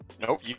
Nope